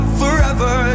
forever